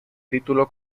título